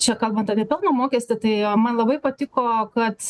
čia kalbant apie pelno mokestį tai man labai patiko kad